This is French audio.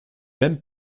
même